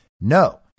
No